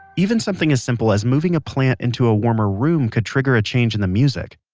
even something as simple as moving a plant into a warmer room could trigger a change in the music.